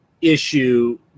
issue